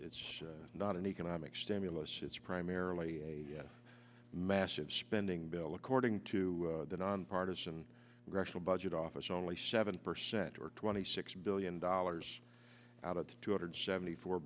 not an economic stimulus it's primarily a massive spending bill according to the nonpartisan congressional budget office only seven percent or twenty six billion dollars out of the two hundred seventy four